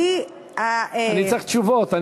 אני צריך תשובות.